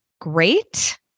great